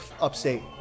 upstate